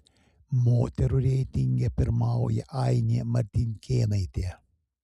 moterų reitinge pirmauja ainė martinkėnaitė